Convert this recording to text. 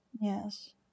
yes